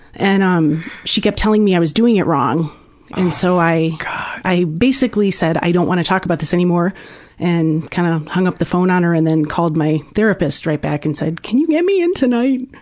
and um she kept telling me i was doing it wrong and so i i basically said i don't want to talk about this anymore and kind of hung up the phone on her and called my therapist right back and said can you get me in tonight.